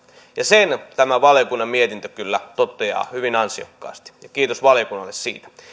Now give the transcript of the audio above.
ja sen tämä valiokunnan mietintö kyllä toteaa hyvin ansiokkaasti kiitos valiokunnalle siitä